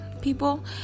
people